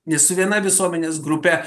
nes su viena visuomenės grupe